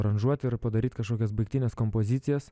aranžuoti ir padaryt kažkokias baigtines kompozicijas